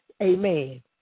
amen